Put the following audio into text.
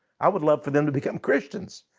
i would love for them to become christians.